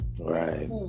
Right